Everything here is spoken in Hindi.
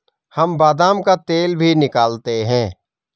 हम बादाम का तेल भी निकालते हैं